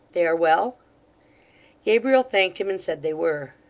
they are well gabriel thanked him, and said they were.